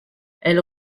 elle